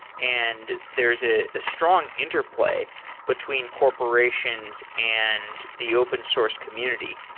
and there is a strong interplay between corporations and the open source community.